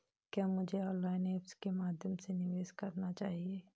क्या मुझे online apps के माध्यम से निवेश करना चाहिए?